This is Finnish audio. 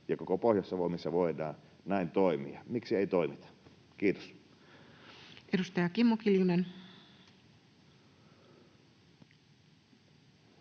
koko Pohjois-Savo, missä voidaan näin toimia. Miksi ei toimita? — Kiitos. [Speech 195] Speaker: